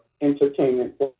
entertainment